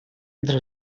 entre